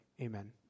amen